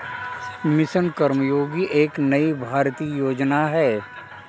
mission कर्मयोगी एक नई भारतीय योजना है